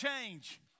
change